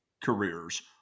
careers